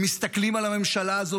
הם מסתכלים על הממשלה הזאת,